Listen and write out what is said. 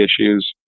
issues